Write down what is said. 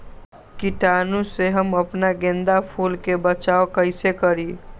कीटाणु से हम अपना गेंदा फूल के बचाओ कई से करी?